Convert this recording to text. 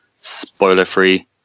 spoiler-free